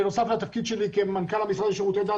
בנוסף לתפקידי כמנכ"ל המשרד לשירותי דת,